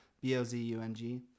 B-O-Z-U-N-G